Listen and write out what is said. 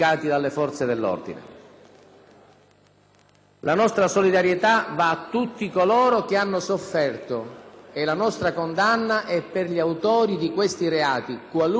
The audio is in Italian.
La nostra solidarietà va a tutti coloro che hanno sofferto e la nostra condanna è per gli autori di questi reati, qualunque sia la loro nazionalità.